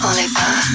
Oliver